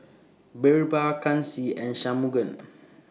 Birbal Kanshi and Shunmugam